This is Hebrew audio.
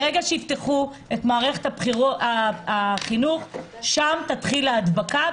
ברגע שיפתחו את מערכת החינוך שם תתחיל ההדבקה,